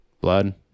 blood